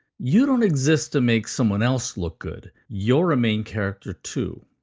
you don't exist to make someone else look good. you're a main character too.